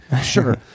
Sure